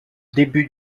début